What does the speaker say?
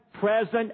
present